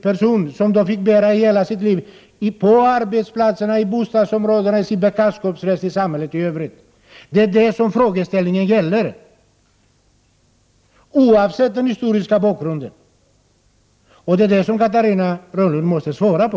Den stämpeln fick de bära i hela sitt liv, på arbetsplatserna, i bostadsområdena, i bekantskapskretsen och i samhället i övrigt. Det är detta som frågeställningen gäller, oavsett den historiska bakgrunden. Det är detta som Catarina Rönnung måste svara på.